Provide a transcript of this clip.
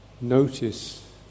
notice